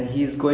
mm